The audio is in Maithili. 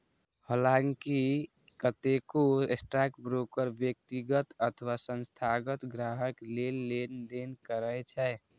हलांकि कतेको स्टॉकब्रोकर व्यक्तिगत अथवा संस्थागत ग्राहक लेल लेनदेन करै छै